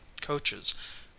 coaches